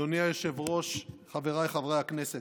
אדוני היושב-ראש, חבריי חברי הכנסת,